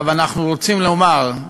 אנחנו רוצים לומר,